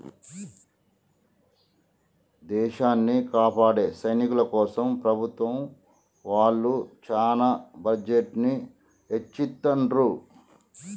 దేశాన్ని కాపాడే సైనికుల కోసం ప్రభుత్వం వాళ్ళు చానా బడ్జెట్ ని ఎచ్చిత్తండ్రు